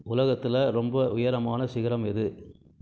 உலகத்தில் ரொம்ப உயரமான சிகரம் எது